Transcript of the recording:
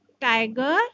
tiger